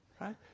right